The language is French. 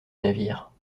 navire